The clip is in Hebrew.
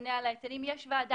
הממונה על ההיטלים יש ועדה.